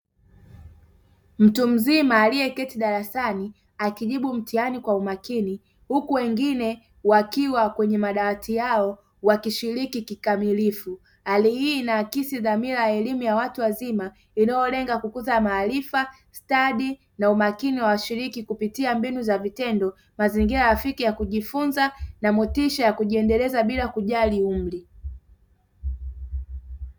Mtu mzima aliyeketi darasani akijibu mtihani kwa umakini huku wengine wakiwa kwenye madawati yao wakishiriki kikamilifu, hali hii inakisi dhamira ya elimu ya watu wazima inayolenga kukuza maarifa, stadi na umakini wa washiriki kupitia mbinu za vitendo mazingira rafiki ya kujifunza na motisha ya kujiendeleza bila kujali umri.